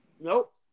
nope